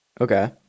Okay